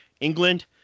England